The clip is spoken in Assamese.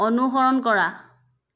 অনুসৰণ কৰা